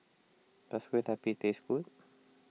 does Kue Lupis taste good